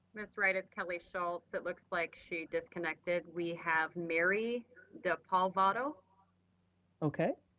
ms. wright, it's kelly schulz, it looks like she disconnected. we have mary dipadova. but okay.